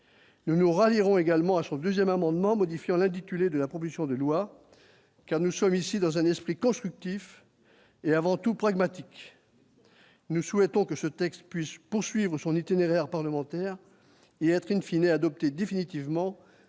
nous nous rallierons également à son 2ème amendement modifié on intitulé de la proposition de loi car nous sommes ici dans un esprit constructif, et avant tout pragmatique. Nous souhaitons que ce texte puisse poursuivre son itinéraire parlementaire et être une fine et adoptée définitivement